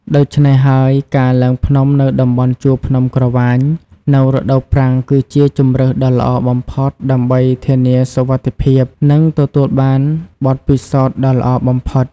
ដូច្នេះហើយ ការឡើងភ្នំនៅតំបន់ជួរភ្នំក្រវាញនៅរដូវប្រាំងគឺជាជម្រើសដ៏ល្អបំផុតដើម្បីធានាសុវត្ថិភាព និងទទួលបានបទពិសោធន៍ដ៏ល្អបំផុត។